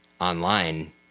online